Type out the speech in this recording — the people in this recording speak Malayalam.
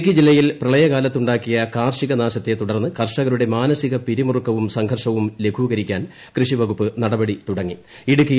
ഇടുക്കി ജില്ലയിൽ പ്രളയകാലമുണ്ടാക്കിയ കാർഷിക നാശത്തെ തുടർന്ന് കർഷകരുടെ മാനസിക പിരിമുറുക്കവും സംഘർഷവും ലഘൂകരിക്കാൻ കൃഷി വകുപ്പ് നടപടി തുടങ്ങി